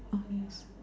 uh yes